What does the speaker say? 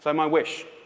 and my wish.